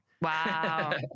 wow